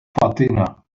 fatima